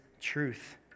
truth